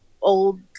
old